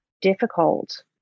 difficult